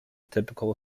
typical